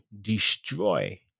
destroy